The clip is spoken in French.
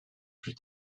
plus